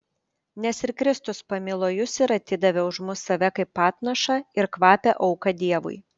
nes ir kristus pamilo jus ir atidavė už mus save kaip atnašą ir kvapią auką dievui